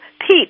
Pete